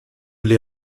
l’ai